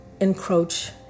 encroach